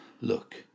Look